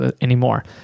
anymore